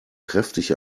kräftig